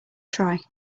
try